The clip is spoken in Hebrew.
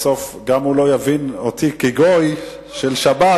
בסוף הוא גם לא יבין אותי כגוי של שבת